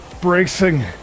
bracing